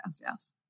yes